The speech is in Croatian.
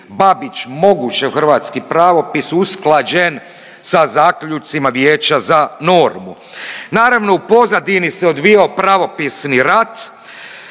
Babić, moguće u hrvatski pravopis usklađen sa zaključcima Vijeća za normu. Naravno u pozadini se odvijao pravopisni rat